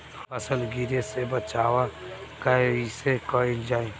फसल गिरे से बचावा कैईसे कईल जाई?